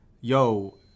yo